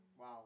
Wow